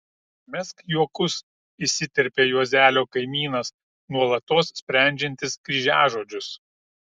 mesk juokus įsiterpia juozelio kaimynas nuolatos sprendžiantis kryžiažodžius